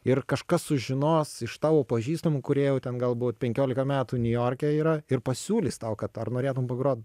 ir kažkas sužinos iš tavo pažįstamų kurie jau ten galbūt penkiolika metų niujorke yra ir pasiūlys tau kad ar norėtum pagrot